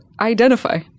identify